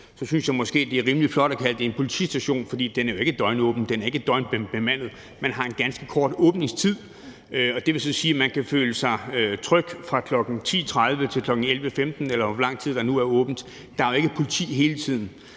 så synes jeg måske det er rimelig flot f.eks. at kalde det en politistation, for den er jo ikke døgnåben, den er ikke døgnbemandet – den har en ganske kort åbningstid, og det vil så sige, at man kan føle sig tryg fra kl. 10.30 til kl. 11.15, eller hvor lang tid der nu er åbent. Der er jo ikke politi hele tiden.